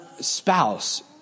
spouse